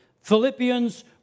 Philippians